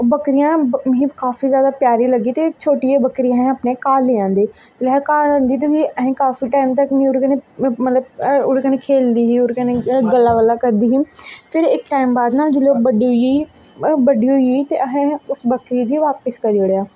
ओह् बक्करियां मिगी काफी जादा प्यारी लग्गी ते छोटी जेही बक्करी असें अपने घर लेआंदी फ्ही असें घर लेआंदी ते फ्ही असें काफी टैम ओह्दे कन्नै मतलब कि ओह्दे कन्नै खेलदी ही ओह्दे कन्नै गल्लां गुल्लां करदी ही फिर इक टैम बाद न जेल्लै ओह् बड्डी होई गेई बड्डी होई गेई ते असें उस बक्करी गी बापस करी ओड़ेआ